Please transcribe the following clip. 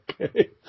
Okay